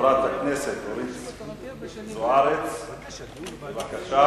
חברת הכנסת אורית זוארץ, בבקשה.